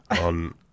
on